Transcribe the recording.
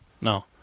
No